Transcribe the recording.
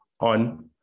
on